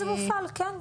כל עוד זה מופעל, כן.